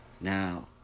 Now